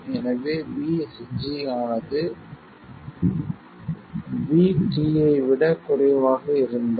எனவே VSG ஆனது Vt ஐ விட குறைவாக இருந்தால்